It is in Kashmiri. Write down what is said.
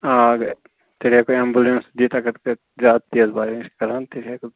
آ اگر تیٚلہِ ہیٚکو ایمبولینس دِتھ اگر زیادٕ زیادٕ تیز بارِش کَران تیٚلہِ ہیٚکو